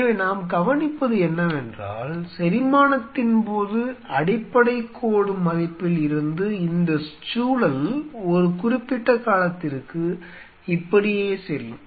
எனவே நாம் கவனிப்பது என்னவென்றால் செரிமானத்தின் போது அடிப்படைக் கோடு மதிப்பில் இருந்து இந்த சூழல் ஒரு குறிப்பிட்ட காலத்திற்கு இப்படியே செல்லும்